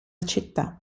città